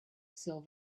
steel